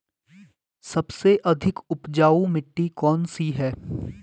सबसे अधिक उपजाऊ मिट्टी कौन सी है?